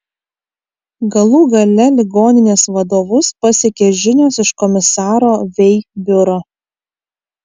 galų gale ligoninės vadovus pasiekė žinios iš komisaro vei biuro